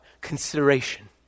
consideration